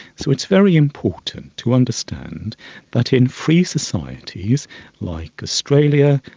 so it's very important to understand that in free societies like australia,